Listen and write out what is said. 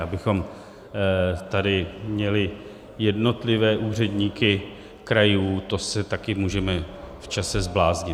Ale abychom tady měli jednotlivé úředníky krajů, to se taky můžeme v čase zbláznit.